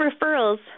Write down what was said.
referrals